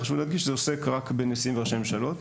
חשוב לי להדגיש שזה עוסק רק בנשיאים וראשי ממשלות.